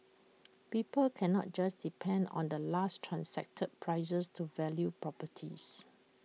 people cannot just depend on the last transacted prices to value properties